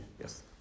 yes